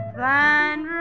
find